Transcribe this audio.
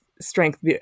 strength